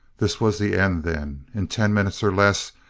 this was the end, then. in ten minutes, or less,